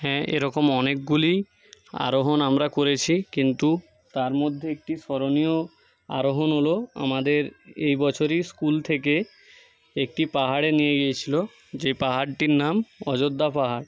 হ্যাঁ এরকম অনেকগুলি আরোহণ আমরা করেছি কিন্তু তার মধ্যে একটি স্মরণীয় আরোহণ হলো আমাদের এই বছরই স্কুল থেকে একটি পাহাড়ে নিয়ে গিয়েছিলো যে পাহাড়টির নাম অযোধ্যা পাহাড়